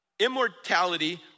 Immortality